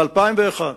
ב-2001,